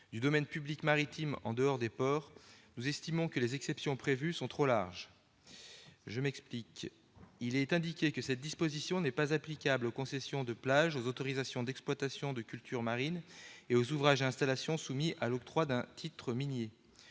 du domaine public maritime en dehors des ports, nous estimons que les exceptions prévues sont trop larges. Ainsi, il est indiqué que « cette disposition n'est pas applicable aux concessions de plage, aux autorisations d'exploitation de cultures marines et aux ouvrages et installations soumis à l'octroi d'un titre minier